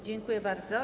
Dziękuję bardzo.